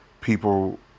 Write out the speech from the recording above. people